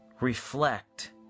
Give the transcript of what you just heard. reflect